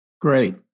Great